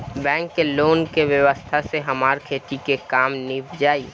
bank के loan के व्यवस्था से हमार खेती के काम नीभ जाई